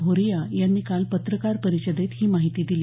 भोरिया यांनी काल पत्रकार परिषेदेत ही माहिती दिली